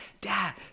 dad